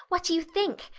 what do you think?